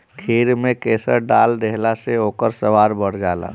खीर में केसर डाल देहला से ओकर स्वाद बढ़ जाला